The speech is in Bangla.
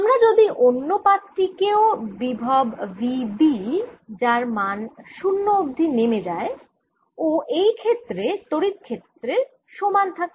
আমি যদি অন্য পাত টি কেও V বিভব দিই যার মান 0 অবধি নেমে যায় ও এই ক্ষেত্রে তড়িৎ ক্ষেত্রের সমান থাকে